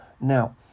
Now